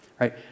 right